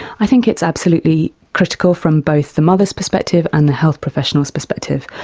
i think it's absolutely critical from both the mother's perspective and the health professional's perspective,